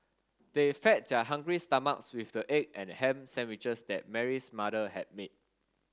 they fed their hungry stomachs with the egg and ham sandwiches that Mary's mother had made